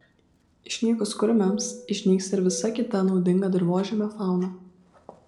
išnykus kurmiams išnyks ir visa kita naudinga dirvožemio fauna